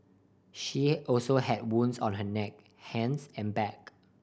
she also had wounds on her neck hands and back